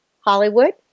Hollywood